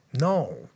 No